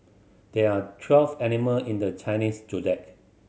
there are twelve animal in the Chinese Zodiac